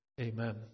Amen